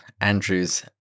Andrew's